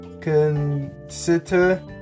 consider